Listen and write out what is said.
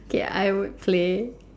ya I would play